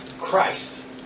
Christ